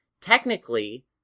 technically